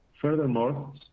Furthermore